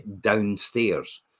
downstairs